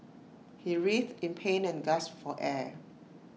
he writhed in pain and gasped for air